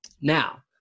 Now